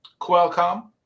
Qualcomm